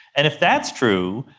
and if that's true,